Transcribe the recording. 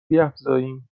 بیفزاییم